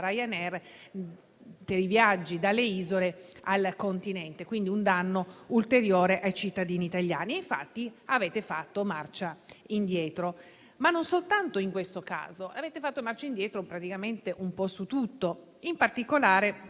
da Ryanair dei viaggi dalle isole al continente, con un danno ulteriore ai cittadini italiani. Avete fatto allora marcia indietro, ma non soltanto in questo caso. Avete fatto marcia indietro praticamente un po' su tutto, in particolare